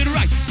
right